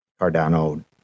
cardano